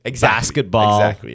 basketball